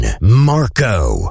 Marco